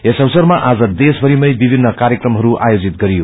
यस अवसरमा आज देशभरिमै विभ्बिन्ड कार्यक्रमहरू आयोजित गरियो